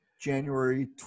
January